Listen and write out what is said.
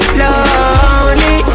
lonely